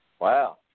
Wow